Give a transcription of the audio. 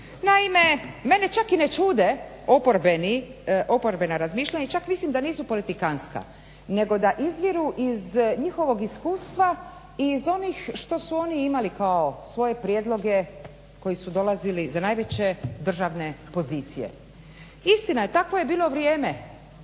Naime mene čak ni ne čude oporbena razmišljanja i čak mislim da nisu politikantska nego da izviru iz njihovog iskustva, iz onih što su oni imali kao svoje prijedloge koji su dolazili za najveće državne pozicije. Istina je takvo je bilo vrijeme